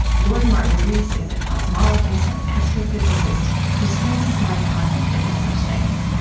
lord martin rees is a cosmologist and astrophysicist who spends his life contemplating such things.